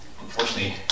unfortunately